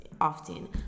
often